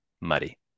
muddy